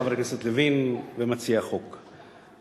חבר הכנסת לוין ומציעי החוק,